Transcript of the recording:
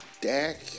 Dak